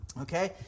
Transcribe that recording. Okay